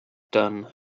done